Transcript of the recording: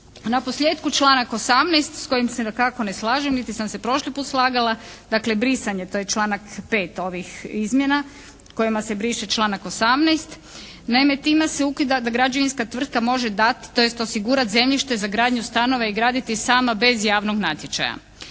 Naposljetku članak 18. s kojim se dakako ne slažem niti sam se prošli puta slagala. Dakle brisanje, to je članak 5. ovih izmjena kojima se briše članak 18. Naime time se ukida da građevinska tvrtka može dati tj. osigurati zemljište za gradnju stanova i graditi sama bez javnog natječaja.